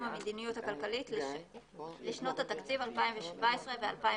המדיניות הכלכלית לשנות התקציב 2017 ו־2018).